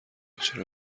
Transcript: چرا